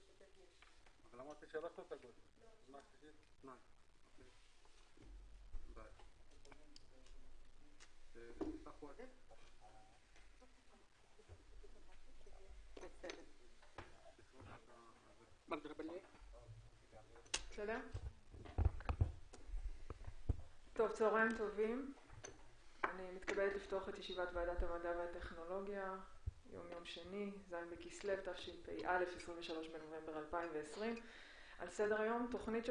23 בנובמבר 2020. על סדר היום: תוכנית של